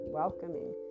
welcoming